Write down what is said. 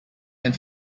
and